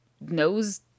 knows